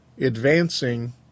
advancing